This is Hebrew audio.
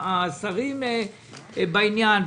השרים בעניין.